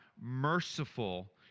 merciful